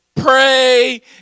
Pray